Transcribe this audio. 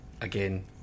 again